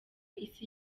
isi